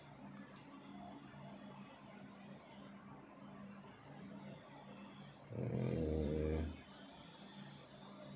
mm